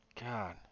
God